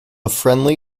friendly